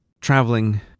traveling